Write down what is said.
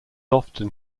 often